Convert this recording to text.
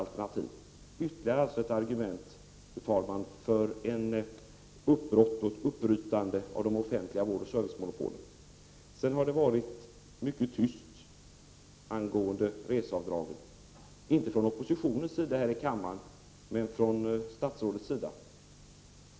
Detta är ytterligare ett argument, fru talman, för ett uppbrytande av de offentliga vårdoch servicemonopolen. Det har varit mycket tyst angående reseavdragen — inte från oppositionens sida här i kammarn, men från statsrådets sida.